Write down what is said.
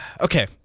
okay